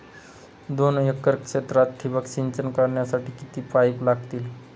दोन एकर क्षेत्रात ठिबक सिंचन करण्यासाठी किती पाईप लागतील?